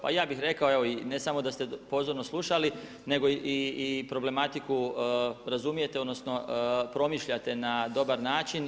Pa ja bih rekao i ne samo da ste pozorno slušali, nego i problematiku razumijete, odnosno promišljate na dobar način.